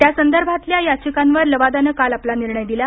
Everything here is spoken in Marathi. त्यासंदर्भातल्या याचिंकांवर लवादानं काल आपला निर्णय दिला